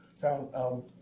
found